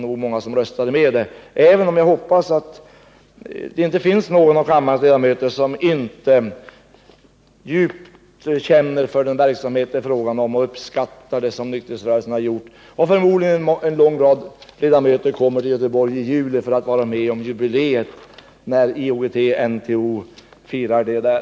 Jag hoppas 28 mars 1979 dock att det inte finns någon ledamot i kammaren som inte känner djupt för den verksamhet det är fråga om och uppskattar det arbete som nykterhetsrörelsen har utfört. Förmodligen kommer en lång rad ledamöter till Göteborg i juli för att vara med om det jubileum som IOGT-NTO firar.